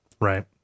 Right